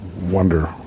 wonder